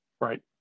Right